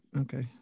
Okay